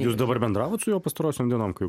jūs dabar bendravot su juo pastarosiom dienom kai